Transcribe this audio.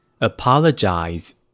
Apologize